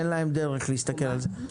אין להם דרך להסתכל על זה.